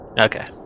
Okay